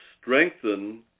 strengthen